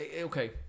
Okay